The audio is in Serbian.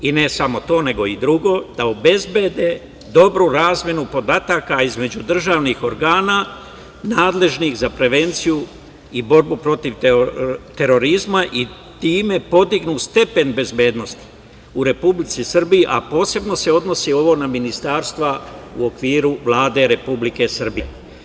Ne samo to, nego i drugo, da obezbede dobru razmenu podataka između državnih organa nadležnih za prevenciju i borbu protiv terorizma i time podignu stepen bezbednosti u Republici Srbiji, a posebno se odnosi ovo na Ministarstva u okviru Vlade Republike Srbije.